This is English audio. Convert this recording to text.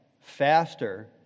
faster